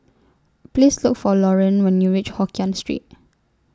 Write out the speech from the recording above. Please Look For Laurene when YOU REACH Hokkien Street